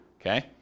okay